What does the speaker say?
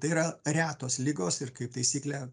tai yra retos ligos ir kaip taisyklė